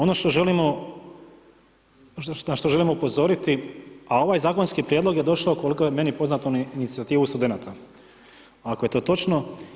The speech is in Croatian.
Ono što želimo, na što želimo upozoriti a ovaj zakonski prijedlog je došao koliko je meni poznato na inicijativu studenata, ako je to točno.